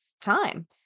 time